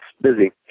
busy